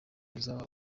azaba